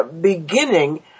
beginning